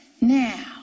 Now